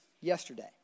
yesterday